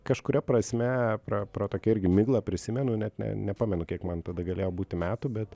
kažkuria prasme pra pro tokią irgi miglą prisimenu net ne nepamenu kiek man tada galėjo būti metų bet